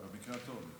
במקרה הטוב.